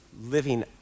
living